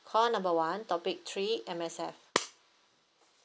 call number one topic three M_S_F